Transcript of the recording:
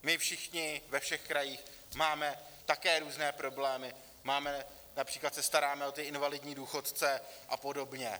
My všichni ve všech krajích máme také různé problémy, například se staráme o ty invalidní důchodce a podobně.